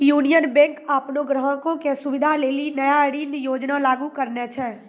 union Bank अपनो ग्राहको के सुविधा लेली नया ऋण योजना लागू करने छै